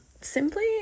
Simply